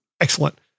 Excellent